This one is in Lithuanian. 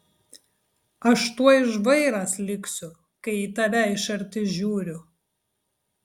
aš tuoj žvairas liksiu kai į tave iš arti žiūriu